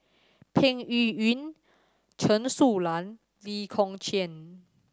Peng Yuyun Chen Su Lan Lee Kong Chian